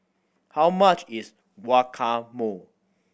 how much is Guacamole